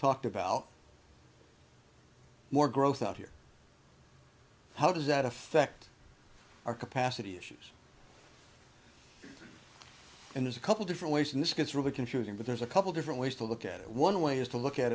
talked about more growth out here how does that affect our capacity issues and there's a couple different ways and this gets really confusing but there's a couple different ways to look at it one way is to look at